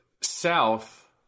south